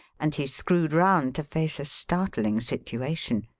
and he screwed round to face a startling situation.